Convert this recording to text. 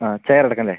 ആ ചെയറ് എടുക്കാല്ലേ